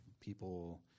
people